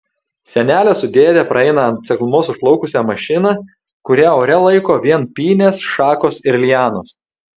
senelė su dėde praeina ant seklumos užplaukusią mašiną kurią ore laiko vien pynės šakos ir lianos